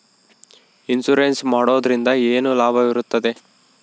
Insurance ಮಾಡೋದ್ರಿಂದ ಏನು ಲಾಭವಿರುತ್ತದೆ?